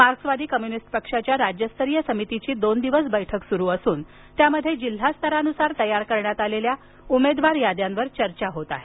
मार्क्सवादी कम्युनिस्ट पक्षाच्या राज्यस्तरीय समितीची दोन दिवस बैठक होत असून त्यामध्ये जिल्हा स्तरानुसार तयार करण्यात आलेल्या उमेदवार याद्यांवर चर्चा होत आहे